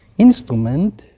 instrument.